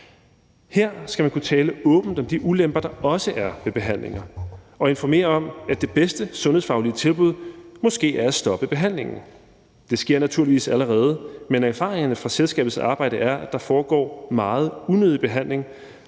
Her skal man kunne tale åbent om de ulemper, der også er ved behandlingen, og informere om, at det bedste sundhedsfaglige tilbud måske er at stoppe behandlingen. Det sker naturligvis allerede, men erfaringerne fra selskabets arbejde er, at der foregår meget unødig behandling,